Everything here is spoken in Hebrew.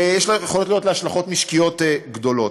ויכולות להיות לה השלכות משקיות גדולות.